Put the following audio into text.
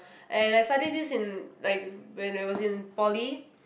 and I studied this in like when I was in poly